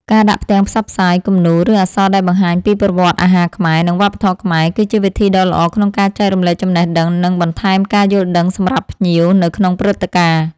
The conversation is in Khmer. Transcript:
ការដាក់ផ្ទាំងផ្សព្វផ្សាយ, គំនូរ ឬអក្សរដែលបង្ហាញពីប្រវត្តិអាហារខ្មែរ និងវប្បធម៌ខ្មែរគឺជាវិធីដ៏ល្អក្នុងការចែករំលែកចំណេះដឹង និងបន្ថែមការយល់ដឹងសម្រាប់ភ្ញៀវនៅក្នុងព្រឹត្តិការណ៍។